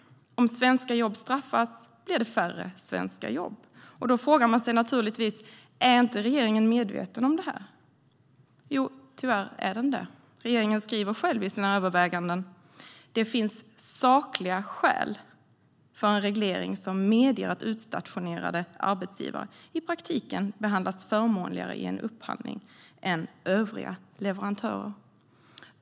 Om svenska jobb straffas blir det färre svenska jobb. Då frågar man sig naturligtvis: Är regeringen inte medveten om detta? Jo, tyvärr är den det. Regeringen skriver själv i sina överväganden: Det finns sakliga skäl för en reglering som medger att utstationerade arbetsgivare i praktiken behandlas förmånligare i en upphandling än övriga leverantörer.